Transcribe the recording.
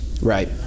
right